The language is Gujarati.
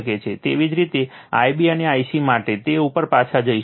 તેવી જ રીતે I b અને i c માટે તે ઉપર પાછા જઈશું